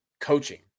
coaching